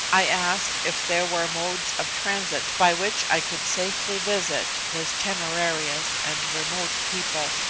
i asked if there were modes of transit by which i could safely visit this temerarious and remote people.